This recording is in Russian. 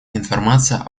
информация